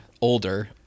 older